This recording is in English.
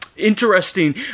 interesting